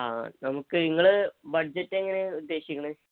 ആ നമുക്ക് നിങ്ങള് ബഡ്ജറ്റ് എങ്ങനെയാണ് ഉദ്ദേശിക്കുന്നത്